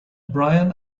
brian